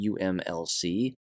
UMLC